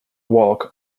work